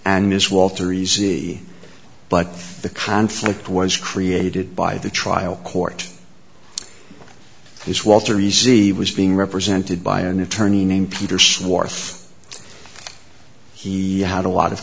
and this walter easy but the conflict was created by the trial court this walter easy was being represented by an attorney named peter schwartz he had a lot of